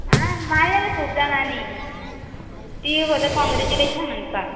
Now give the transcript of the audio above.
आं मारलेले खूब जाणांनी ती फक्त कितें कॉन्ग्रेट्युलेशन म्हणपाक